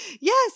yes